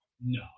No